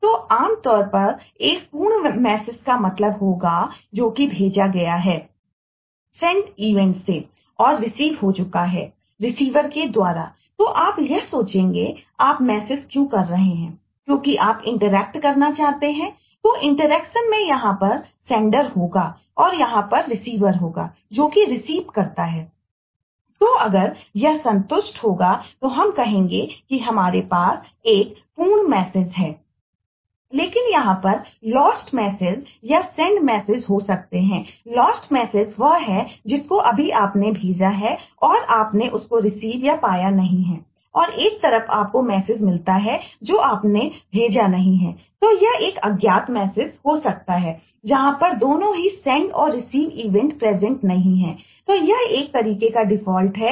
तो आमतौर पर एक पूर्ण मैसेज का मतलब होगा जोकि भेजा गया है सेंड इवेंट है